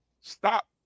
stop